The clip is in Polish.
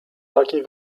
takiej